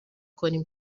کنیم